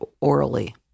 orally